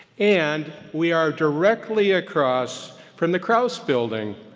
and, we are directly across from the krause building,